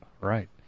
right